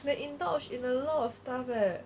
they indulge in a lot of stuff leh